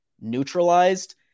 neutralized